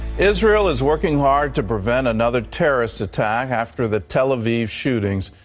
israel is working hard to prevent another terrorist attack after the tel aviv shootings.